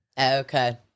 Okay